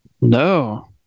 No